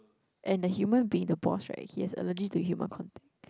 and the human being the boss right he has allergy to human contact